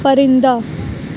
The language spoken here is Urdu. پرندہ